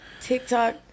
TikTok